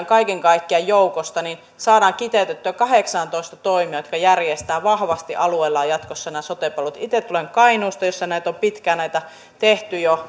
kaiken kaikkiaan neljänsadan toimijan joukosta saadaan kiteytettyä kahdeksaantoista toimijaan jotka järjestävät vahvasti alueellaan jatkossa nämä sote palvelut itse tulen kainuusta jossa on pitkään tehty jo